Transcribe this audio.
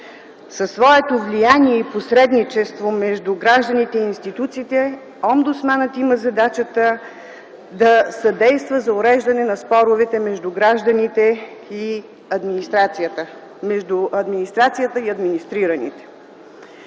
Със своето влияние и посредничество между гражданите и институциите, омбудсманът има задачата да съдейства за уреждане на споровете между гражданите и администрацията, между администрацията и администрираните.